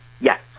Yes